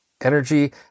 energy